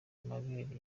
amabere